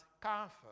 comfort